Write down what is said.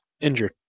injured